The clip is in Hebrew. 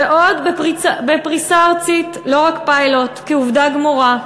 ועוד בפריסה ארצית, לא רק פיילוט, כעובדה גמורה.